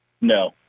No